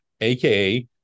aka